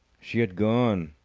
she had gone.